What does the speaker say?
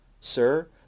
sir